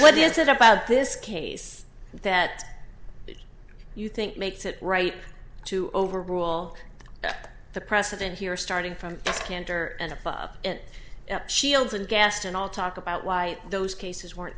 what is it about this case that you think makes it right to overrule the president here starting from canter and up up and shields and gassed and all talk about why those cases weren't